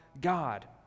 God